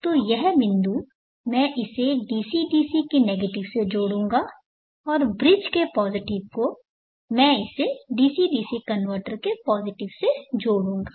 तो यह बिंदु मैं इसे डीसी डीसी के नेगेटिव से जोड़ूंगाऔर ब्रिज के पॉजिटिव को मैं इसे डीसी डीसी कनवर्टर के पॉजिटिव से जोड़ूंगा